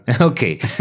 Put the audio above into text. Okay